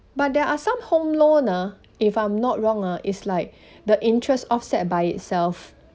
but there are some home loan ah if I'm not wrong ah is like the interest offset by itself